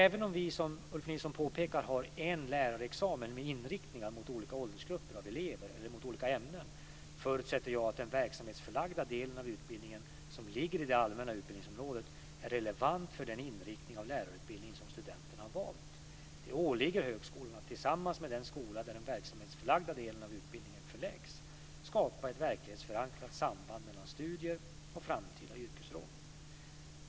Även om vi, som Ulf Nilsson påpekar, har en lärarexamen med inriktningar mot olika åldersgrupper av elever eller mot olika ämnen, förutsätter jag att den verksamhetsförlagda delen av utbildningen som ligger i det allmänna utbildningsområdet är relevant för den inriktning av lärarutbildningen som studenten har valt. Det åligger högskolan att tillsammans med den skola där den verksamhetsförlagda delen av utbildningen förläggs skapa ett verklighetsförankrat samband mellan studier och framtida yrkesroll.